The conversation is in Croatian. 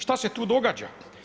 Šta se tu događa?